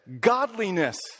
godliness